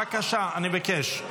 בבקשה, אני מבקש.